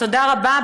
תודה רבה.